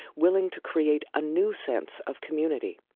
willing to create a new sense of community,